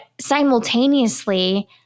simultaneously